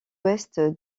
ouest